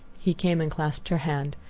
he came and clasped her hand,